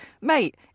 Mate